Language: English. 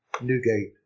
Newgate